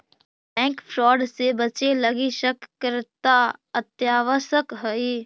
bank fraud से बचे लगी सतर्कता अत्यावश्यक हइ